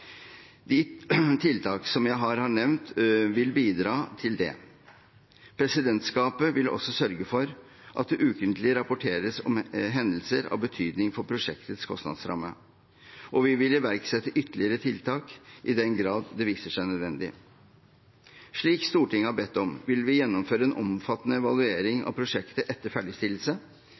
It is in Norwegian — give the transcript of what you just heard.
De tiltak som jeg her har nevnt, vil bidra til det. Presidentskapet vil også sørge for at det ukentlig rapporteres om hendelser av betydning for prosjektets kostnadsramme, og vi vil iverksette ytterligere tiltak i den grad det viser seg nødvendig. Slik Stortinget har bedt om, vil vi gjennomføre en omfattende evaluering av prosjektet etter ferdigstillelse.